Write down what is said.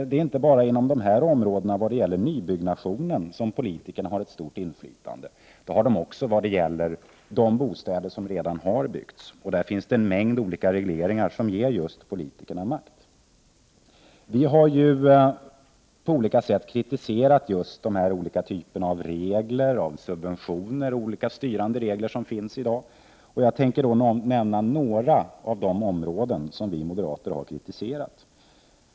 Det är emellertid inte bara i fråga om nybyggandet som politikerna har ett stort inflytande, utan det har de också över de bostäder som redan har byggts. Det finns här en mängd olika regleringar som ger just politikerna makt. Vi har kritiserat de olika typer av styrande regler och subventioner som i dag finns, och jag tänker nämna några av de områden som vi moderater kritiserat.